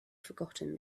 forgotten